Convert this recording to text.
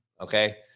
okay